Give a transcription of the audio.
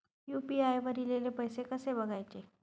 UPI वर ईलेले पैसे कसे बघायचे?